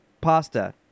pasta